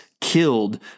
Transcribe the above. killed